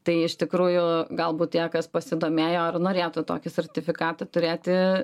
tai iš tikrųjų galbūt tie kas pasidomėjo ir norėtų tokį sertifikatą turėti